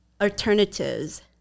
alternatives